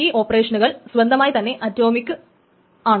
ഈ ഓപ്പറേഷൻകൾ സ്വന്തമായി തന്നെ അറ്റോമിക്കുകളാണ്